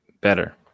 better